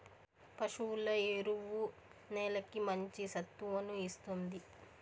పశువుల ఎరువు నేలకి మంచి సత్తువను ఇస్తుంది